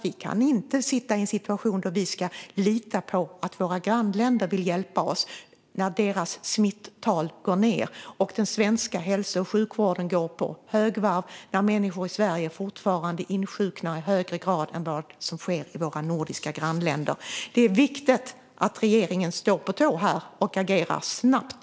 Vi kan inte sitta i en situation där vi ska lita på att våra grannländer vill hjälpa oss när deras smittal går ned medan den svenska hälso och sjukvården går på högvarv när människor i Sverige fortfarande insjuknar i högre grad än vad som sker i våra nordiska grannländer. Det är viktigt att regeringen står på tå här och agerar snabbt.